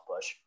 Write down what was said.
push